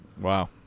Wow